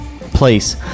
place